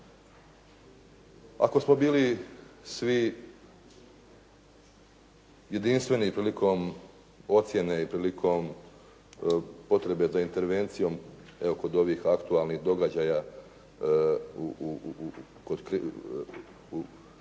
Ako smo bili svi jedinstveni prilikom ocjene i prilikom potrebe za intervencijom evo kod ovih aktualnih događaja, razvoja